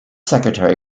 secretary